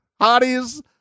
Hotties